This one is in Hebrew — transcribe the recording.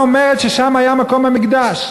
התורה אומרת ששם היה מקום המקדש,